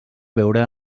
veure